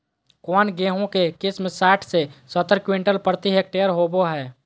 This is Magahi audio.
कौन गेंहू के किस्म साठ से सत्तर क्विंटल प्रति हेक्टेयर होबो हाय?